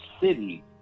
city